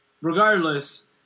Regardless